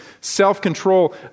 self-control